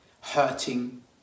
hurting